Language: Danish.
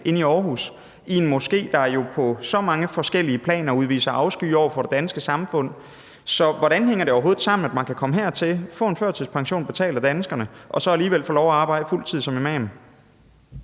inde i Aarhus i en moské, og som jo på så mange forskellige planer udviser afsky over for det danske samfund. Så hvordan hænger det overhovedet sammen, at man kan komme hertil, få en førtidspension betalt af danskerne og så alligevel få lov at arbejde fuld tid som imam?